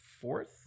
fourth